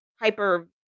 hyper